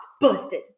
busted